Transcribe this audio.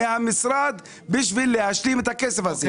מהמשרד, כדי להשלים את הכסף הזה.